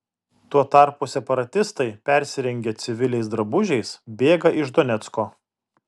tuo tarpu separatistai persirengę civiliais drabužiais bėga iš donecko